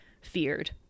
feared